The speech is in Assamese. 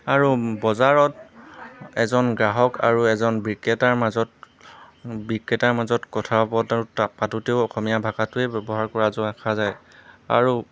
আৰু বজাৰত এজন গ্ৰাহক আৰু এজন বিক্ৰেতাৰ মাজত বিক্ৰেতাৰ মাজত কথা বতৰাও তাত পাতোঁতেও অসমীয়া ভাষাটোৱেই ব্যৱহাৰ কৰা যোৱা দেখা যায় আৰু